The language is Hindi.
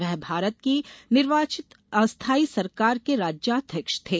वे भारत की निर्वासित अस्थायी सरकार के राज्याध्यक्ष थे